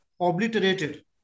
obliterated